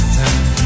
time